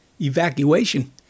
evacuation